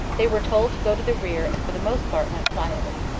they were told to go to the rear and for the most part went quietly.